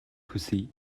хүсье